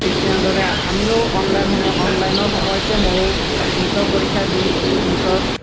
ঠিক তেনেদৰে আমিও অনলাইন সময় অনলাইনৰ সময়তে ময়ো নীটৰ পৰীক্ষা দি নীটৰ